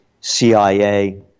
CIA